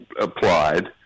applied